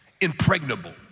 Impregnable